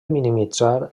minimitzar